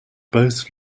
both